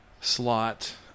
slot